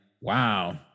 wow